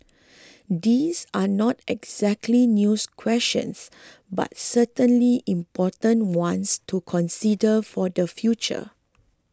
these are not exactly news questions but certainly important ones to consider for the future